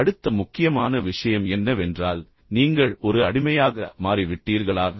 இப்போது அடுத்த முக்கியமான விஷயம் என்னவென்றால் நீங்கள் ஒரு அடிமையாக மாறிவிட்டீர்களா